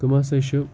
تم ہَسا چھِ